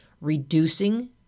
reducing